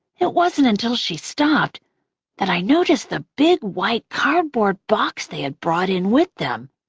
it wasn't until she stopped that i noticed the big white cardboard box they had brought in with them.